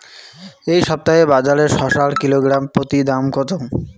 এই সপ্তাহে বাজারে শসার কিলোগ্রাম প্রতি দাম কত?